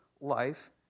life